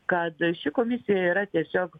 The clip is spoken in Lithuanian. kad ši komisija yra tiesiog